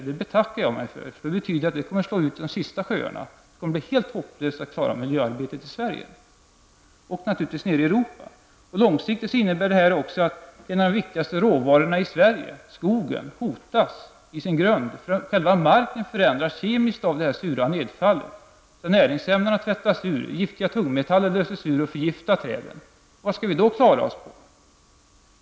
Det betyder nämligen att de sista sjöarna kommer att slås ut, och det kommer att bli helt hopplöst att klara av miljöarbetet i Sverige och naturligtvis även nere i Långsiktigt innebär detta också att en av de viktigaste råvarorna i Sverige -- skogen -- hotas i sin grund, eftersom själva marken förändras kemiskt genom det sura nedfallet. Näringsämnena tvättas ur, giftiga tungmetaller löses ur och förgiftar träden. Vad skall vi då klara oss på?